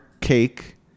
cake